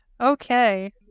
Okay